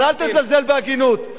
אבל אל תזלזל בהגינות.